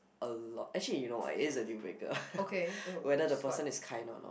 a lot actually you know what it is a dealbreaker whether the person is kind or not